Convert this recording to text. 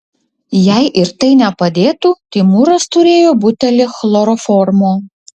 jei ir tai nepadėtų timūras turėjo butelį chloroformo